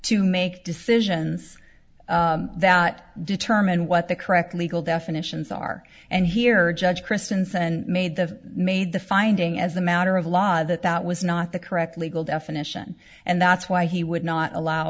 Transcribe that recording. to make decisions that determine what the correct legal definitions are and here judge christensen made the made the finding as a matter of law that that was not the correct legal definition and that's why he would not allow